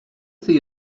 see